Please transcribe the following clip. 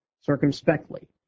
circumspectly